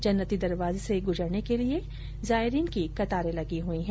जन्नती दरवाजे से गुजरने के लिये जायरीन की कतारे लगी हुई है